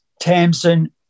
Tamsin